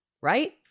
right